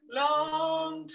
long